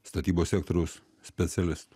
statybos sektoriaus specialistų